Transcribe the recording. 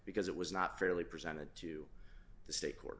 because it was not fairly presented to the state court